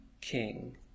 king